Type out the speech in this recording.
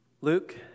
Luke